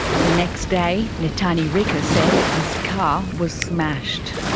the next day, netani rika says his car was smashed.